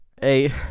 hey